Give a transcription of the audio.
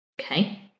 Okay